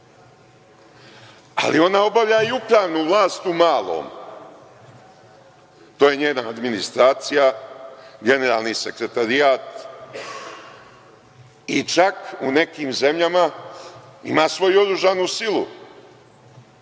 ali ona obavlja i upravnu vlast u malom, to je njena administracija, generalni sekretarijat i čak u nekim zemljama ima svoju oružanu silu,